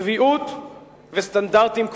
צביעות וסטנדרטים כפולים.